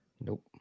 Nope